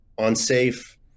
unsafe